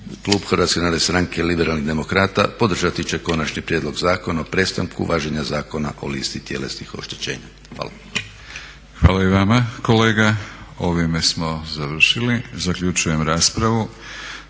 klub HNS-a Liberalnih demokrata podržati će Konačni prijedlog zakona o prestanku važenja Zakona o listi tjelesnih oštećenja. Hvala. **Batinić, Milorad (HNS)** Hvala i vama kolega. Ovime smo završili. Zaključujem raspravu.